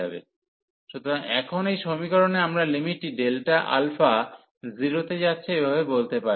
u1u2fx1dxf2αΔαu2Δα f3αΔαu1Δα সুতরাং এখন এই সমীকরণে আমরা লিমিটটি Δα 0 তে যাচ্ছে এভাবে বলতে পারি